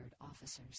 officers